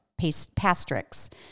Pastrix